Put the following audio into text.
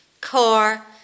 core